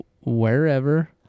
wherever